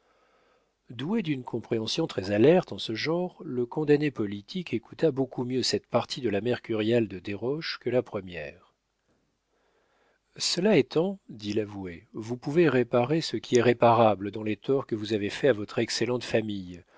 doué d'une compréhension très alerte en ce genre le condamné politique écouta beaucoup mieux cette partie de la mercuriale de desroches que la première cela étant dit l'avoué vous pouvez réparer ce qui est réparable dans les torts que vous avez faits à votre excellente famille